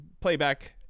playback